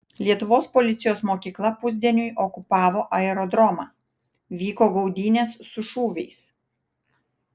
lietuvos policijos mokykla pusdieniui okupavo aerodromą vyko gaudynės su šūviais